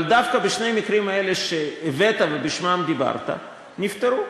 אבל דווקא שני המקרים האלה שהבאת ובשמם דיברת נפתרו.